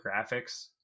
graphics